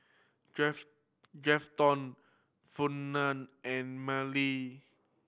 Grafton Fernand and Marlee